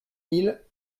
mille